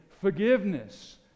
forgiveness